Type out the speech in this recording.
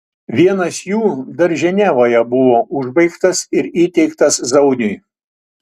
vienas jų dar ženevoje buvo užbaigtas ir įteiktas zauniui